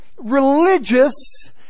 religious